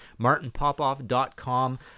martinpopoff.com